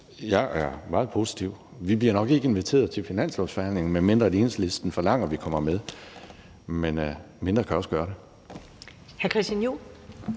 Jeg er meget positiv, men vi bliver nok ikke inviteret til finanslovsforhandlingerne, medmindre Enhedslisten forlanger, at vi kommer med, men mindre kan også gøre det.